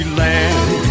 land